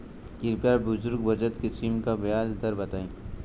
कृपया बुजुर्ग बचत स्किम पर ब्याज दर बताई